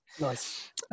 Nice